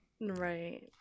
Right